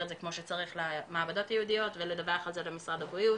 את זה כמו שצריך למעבדות ייעודיות ולדווח על זה למשרד הבריאות